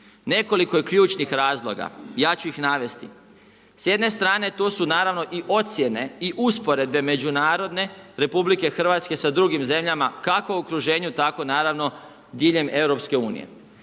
Nekoliko je ključnih razloga, ja ću ih navesti. S jedne strane tu su naravno i ocjene i usporedbe međunarodne RH sa drugim zemljama kako u okruženju, tako naravno diljem EU.